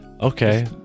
okay